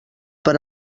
per